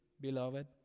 beloved